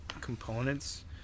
components